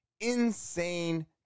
insane